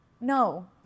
no